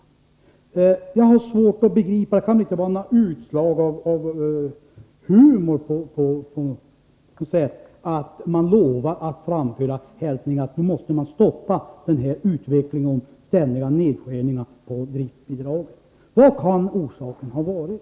Jag har svårt att begripa detta. Det kan inte vara utslag av humor att man lovar att framföra hälsningar om att man nu måste stoppa utvecklingen med ständiga nedskärningar av driftbidragen. Vad kan orsaken ha varit?